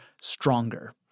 stronger